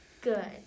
Good